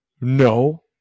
no